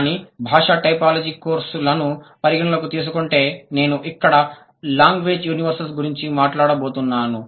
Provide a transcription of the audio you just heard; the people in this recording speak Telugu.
కాని భాషా టైపోలాజీ కోర్సులను పరిగణనలోకి తీసుకుంటే నేను ఇక్కడ లాంగ్వేజ్ యూనివెర్సల్స్ గురించి మాట్లాడబోతున్నాను